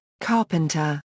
Carpenter